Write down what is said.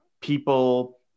people